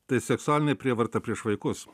tai seksualinė prievarta prieš vaikus